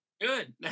good